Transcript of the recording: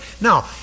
Now